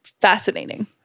fascinating